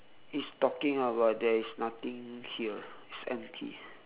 he's talking ah but there is nothing here it's empty